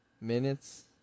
minutes